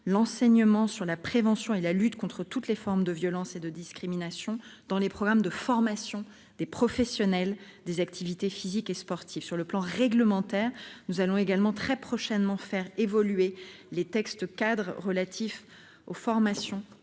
l'enseignement de la prévention et de la lutte contre toutes les formes de violence et de discrimination dans les programmes de formation des professionnels des activités physiques et sportives. Sur le plan réglementaire également, nous allons très prochainement faire évoluer les textes régissant la préparation